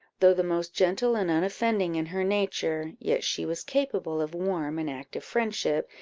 though the most gentle and unoffending in her nature, yet she was capable of warm and active friendship,